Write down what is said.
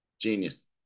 genius